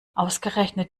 ausgerechnet